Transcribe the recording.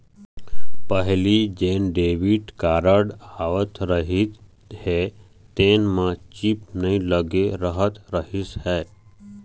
पहिली जेन debit card आवत रहिस हे तेन म चिप नइ लगे रहत रहिस हे